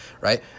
right